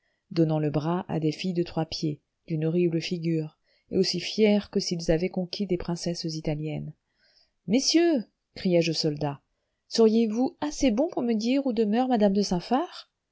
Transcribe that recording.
donnant le bras à des filles de trois pieds d'une horrible figure et aussi fiers que s'ils avaient conquis des princesses italiennes messieurs criai-je aux soldats seriez-vous assez bons pour me dire où demeure madame de